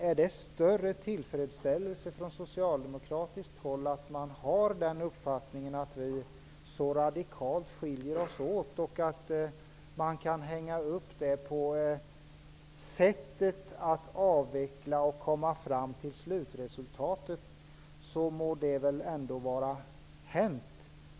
Om socialdemokraterna känner större tillfredsställelse att ha den uppfattningen att vi så radikalt skiljer oss åt, vilket man hänger upp på sättet att avveckla och att komma fram till slutresultatet, må det vara hänt.